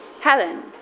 Helen